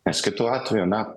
nes kitu atveju na